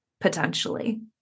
potentially